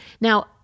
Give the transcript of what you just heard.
Now